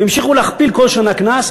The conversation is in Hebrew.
והמשיכו להכפיל כל שנה את הקנס.